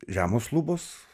žemos lubos